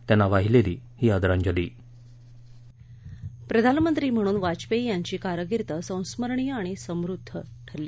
त्यांना वाहिलीलेली ही आदरांजलीः प्रधानमंत्री म्हणून वाजपेयी यांची कारकीर्द संस्मरणीय आणि संमृद्ध ठरली